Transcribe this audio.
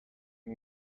کره